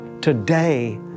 today